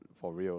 for real